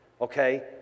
okay